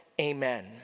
Amen